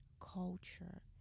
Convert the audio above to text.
culture